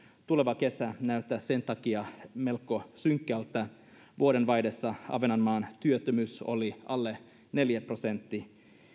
tuleva kesä näyttää sen takia melko synkältä vuodenvaihteessa ahvenanmaan työttömyys oli alle neljä prosenttia